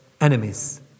enemies